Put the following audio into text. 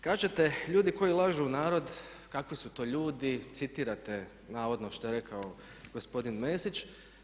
Kažete, ljudi koji lažu narod kakvi su to ljudi, citirate navodno što je rekao gospodin Mesić.